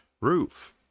roof